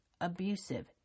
abusive